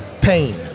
pain